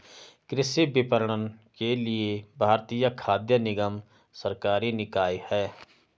कृषि विपणन के लिए भारतीय खाद्य निगम सरकारी निकाय है